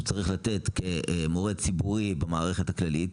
צריך לתת כמורה ציבורי במערכת הכללית,